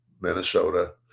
Minnesota